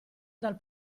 dal